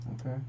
okay